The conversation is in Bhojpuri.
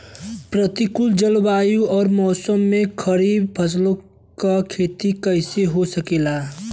प्रतिकूल जलवायु अउर मौसम में खरीफ फसलों क खेती कइसे हो सकेला?